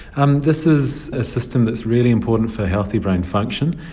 um this is a system that's really important for healthy brain function.